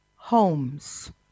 Homes